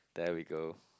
there we go